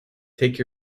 take